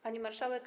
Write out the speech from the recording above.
Pani Marszałek!